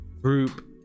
group